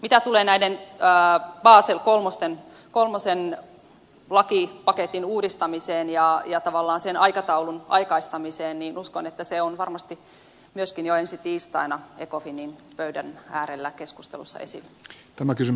mitä tulee näiden basel iiin lakipaketin uudistamiseen ja tavallaan sen aikataulun aikaistamiseen niin uskon että se on varmasti myöskin jo ensi tiistaina ecofinin pöydän äärellä keskustelu saisi tulla kysyn